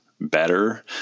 better